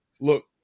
Look